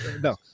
No